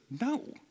no